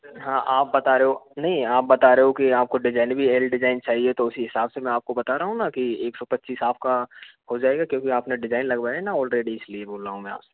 हाँ आप बता रहे हो नहीं आप बता रहे हो की आपको डिजाइन भी एल डिजाइन चाहिए तो उसी हिसाब से मैं आपको बता रहा हूँ न की एक सौ पच्चीस आपका हो जाएगा क्योंकि आपने डिजाइन लगवाया है न ऑलरेडी इसलिए बोल रहा हूँ मैं आपसे